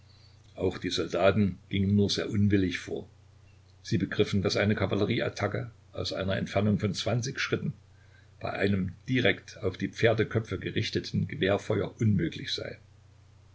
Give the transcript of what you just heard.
auch die soldaten gingen nur sehr unwillig vor sie begriffen daß eine kavallerieattacke aus einer entfernung von zwanzig schritten bei einem direkt auf die pferdeköpfe gerichteten gewehrfeuer unmöglich sei